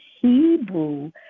Hebrew